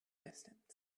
distance